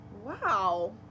Wow